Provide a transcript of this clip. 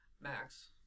Max